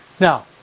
Now